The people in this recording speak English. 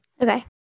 Okay